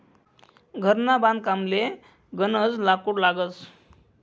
घरना बांधकामले गनज लाकूड लागस